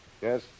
Yes